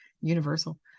universal